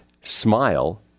smile